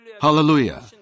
Hallelujah